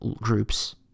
groups